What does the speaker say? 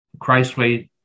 Christway